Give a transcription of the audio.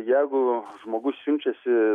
jeigu žmogus siunčiasi